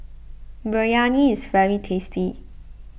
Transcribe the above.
Biryani is very tasty